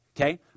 okay